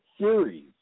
series